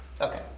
okay